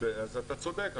אז אתה צודק,